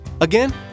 Again